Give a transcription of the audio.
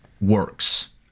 works